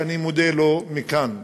שאני מודה לו מכאן,